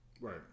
Right